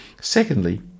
Secondly